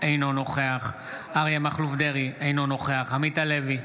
אינו נוכח אריה מכלוף דרעי, אינו נוכח עמית הלוי,